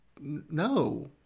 no